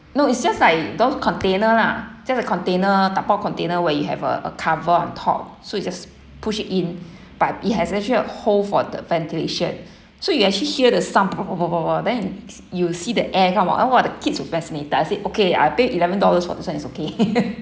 no it's just like those container lah just a container tapao container where you have a a cover on top so you just push it in but it has actually a hole for the ventilation so you actually hear the sound bo bo bo bo bo then you you will see the air come out then !wah! the kids were fascinated I said okay I paid eleven dollars for this one it's okay